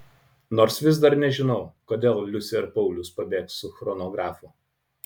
nors vis dar nežinau kodėl liusė ir paulius pabėgs su chronografu